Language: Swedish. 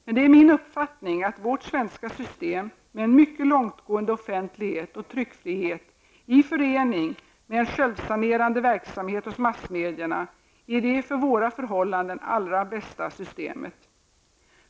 Men det är min uppfattning att vårt svenska system med en mycket långtgående offentlighet och tryckfrihet i förening med en självsanerande verksamhet hos massmedierna är det för våra förhållanden allra bästa systemet.